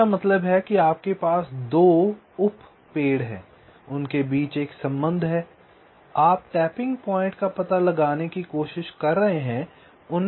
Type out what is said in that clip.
इसका मतलब है आपके पास 2 उप पेड़ हैं उनके बीच एक संबंध है आप टैपिंग पॉइंट का पता लगाने की कोशिश कर रहे हैं